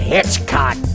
Hitchcock